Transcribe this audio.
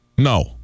No